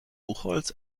buchholz